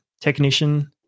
technician